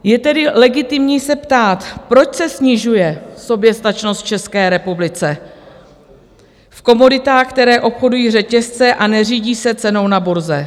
Je tedy legitimní se ptát, proč se snižuje soběstačnost v České republice v komoditách, které obchodují řetězce a neřídí se cenou na burze.